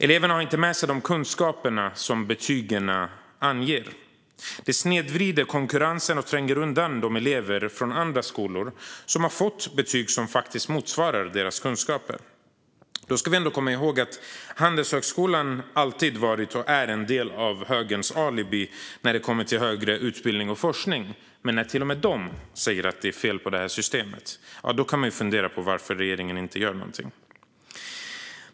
Eleverna har inte med sig de kunskaper som betygen anger. Det snedvrider konkurrensen och tränger undan eleverna från andra skolor som har fått betyg som faktiskt motsvarar deras kunskaper. Då ska vi ändå komma ihåg att Handelshögskolan är och alltid har varit en del av högerns alibi när det kommer till högre utbildning och forskning. När till och med de säger att det är fel på systemet kan man fundera på varför regeringen inte gör någonting.